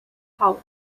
hope